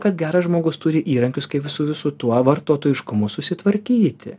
kad geras žmogus turi įrankius kaip su visu tuo vartotojiškumu susitvarkyti